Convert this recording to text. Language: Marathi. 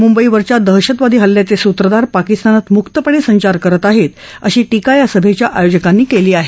मुंबईवरच्या दहशतवादी हल्ल्याचे सुत्रधार पाकिस्तानात मुक्तपणे संचार करत आहेत अशी टीका या सभेच्या आयोजकांनी केली आहे